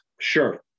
Sure